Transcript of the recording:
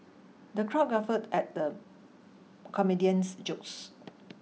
the crowd guffawed at the comedian's jokes